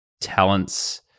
talents